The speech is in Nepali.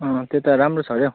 अँ त्यता राम्रो छ अरे हौ